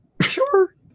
Sure